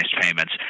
payments